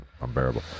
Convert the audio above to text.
unbearable